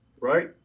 right